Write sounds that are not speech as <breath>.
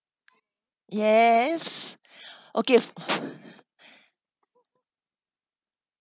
yes <breath> okay <noise>